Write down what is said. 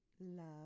love